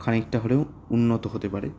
খানিকটা হলেও উন্নত হতে পারে